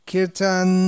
Kirtan